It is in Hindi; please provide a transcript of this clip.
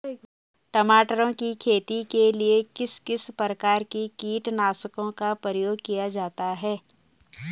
टमाटर की खेती के लिए किस किस प्रकार के कीटनाशकों का प्रयोग किया जाता है?